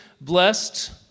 blessed